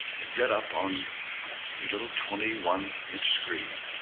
you get up on your little twenty one inch screen